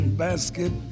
basket